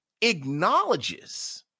acknowledges